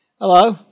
Hello